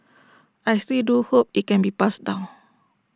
I still do hope IT can be passed down